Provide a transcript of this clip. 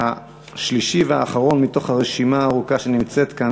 השלישי והאחרון מתוך הרשימה הארוכה שנמצאת כאן